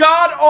God